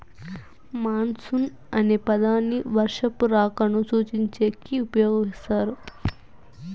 monsoon అనే పదాన్ని వర్షపు రాకను సూచించేకి ఉపయోగిస్తారు